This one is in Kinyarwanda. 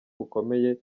bukomeye